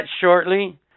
shortly